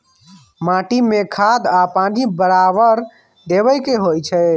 माटी में खाद आ पानी बराबर देबै के होई छै